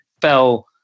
fell